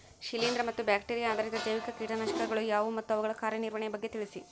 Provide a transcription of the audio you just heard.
ಶಿಲೇಂದ್ರ ಮತ್ತು ಬ್ಯಾಕ್ಟಿರಿಯಾ ಆಧಾರಿತ ಜೈವಿಕ ಕೇಟನಾಶಕಗಳು ಯಾವುವು ಮತ್ತು ಅವುಗಳ ಕಾರ್ಯನಿರ್ವಹಣೆಯ ಬಗ್ಗೆ ತಿಳಿಸಿ?